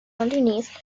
underneath